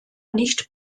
nicht